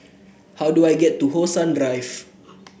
how do I get to How Sun Drive